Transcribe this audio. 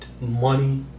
money